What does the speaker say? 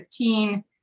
2015